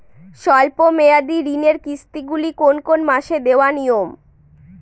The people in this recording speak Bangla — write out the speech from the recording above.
স্বল্প মেয়াদি ঋণের কিস্তি গুলি কোন কোন মাসে দেওয়া নিয়ম?